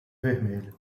vermelha